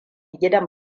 gidan